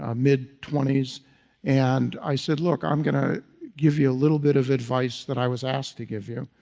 ah mid twenty s. and i said look, i'm going to give you a little bit of advice that i was asked to give you.